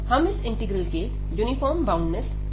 हम इस इंटीग्रल के यूनिफॉर्म बॉउंडनेस के लिए यही चाहते हैं